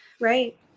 Right